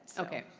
okay.